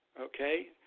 okay